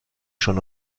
schon